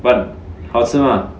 but 好吃 mah